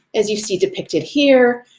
as you see depicted here,